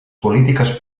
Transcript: polítiques